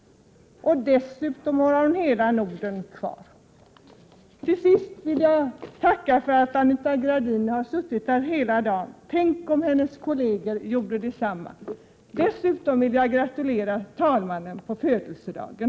Dessutom skulle fortfarande hela Norden stå öppen för henne. Till sist vill jag tacka Anita Gradin för att hon har suttit här i kammaren hela dagen. Tänk om hennes kolleger gjorde detsamma! Dessutom vill jag gratulera andre vice talmannen på födelsedagen.